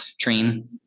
train